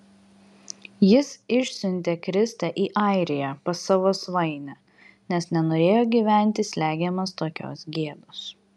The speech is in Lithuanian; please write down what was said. jis išsiuntė kristę į airiją pas savo svainę nes nenorėjo gyventi slegiamas tokios gėdos